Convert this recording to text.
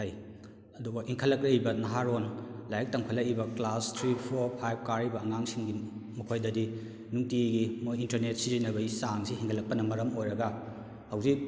ꯐꯩ ꯑꯗꯨꯕꯨ ꯏꯟꯈꯠꯂꯛꯂꯤꯕ ꯅꯍꯥꯔꯣꯟ ꯂꯥꯏꯔꯤꯛ ꯇꯝꯈꯠꯂꯛꯂꯤꯕ ꯀ꯭ꯂꯥꯁ ꯊ꯭ꯔꯤ ꯐꯣꯔ ꯐꯥꯏꯕ ꯀꯥꯔꯛꯏꯕ ꯑꯉꯥꯡꯁꯤꯡꯒꯤ ꯃꯈꯣꯏꯗꯗꯤ ꯅꯨꯡꯇꯤꯒꯤ ꯃꯣꯏ ꯏꯟꯇꯔꯅꯦꯠ ꯁꯤꯖꯤꯟꯅꯕꯒꯤ ꯆꯥꯡꯁꯤ ꯍꯦꯟꯒꯠꯂꯛꯄꯅ ꯃꯔꯝ ꯑꯣꯏꯔꯒ ꯍꯧꯖꯤꯛ